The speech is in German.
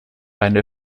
eine